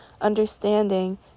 understanding